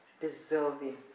deserving